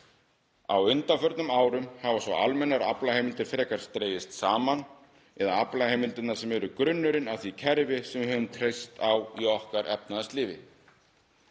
Á undanförnum árum hafa svo almennar aflaheimildir frekar dregist saman, aflaheimildirnar sem eru grunnurinn að því kerfi sem við höfum treyst á í okkar efnahagslífi.